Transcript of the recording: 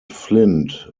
flint